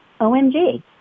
OMG